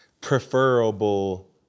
preferable